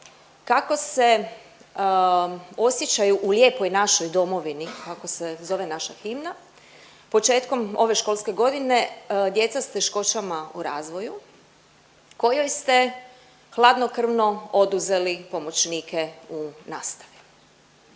kako se osjećaju u lijepoj našoj domovini, kako se zove naša himna početkom ove školske godine djeca s teškoćama u razvoju, kojoj ste hladnokrvno oduzeli pomoćnike u nastavi?